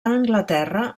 anglaterra